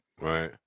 Right